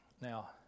Now